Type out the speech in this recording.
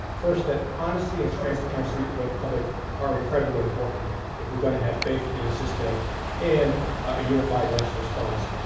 first, that honesty and transparency with the public are incredibly important if we're going to have faith in the system and a unified national response.